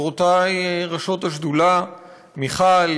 חברותי ראשות השדולה: מיכל,